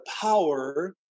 power